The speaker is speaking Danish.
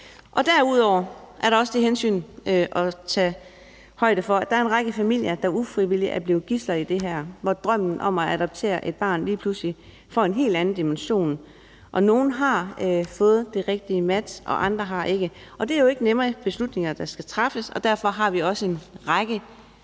Derudover er der også det hensyn at tage højde for, at der er en række familier, der ufrivilligt er blevet gidsler i det her, hvor drømmen om at adoptere et barn lige pludselig får en helt anden dimension. Nogle har fået det rigtige match, og andre har ikke, og det er jo ikke nemme beslutninger, der skal træffes. Derfor har vi også en række